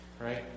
right